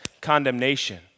condemnation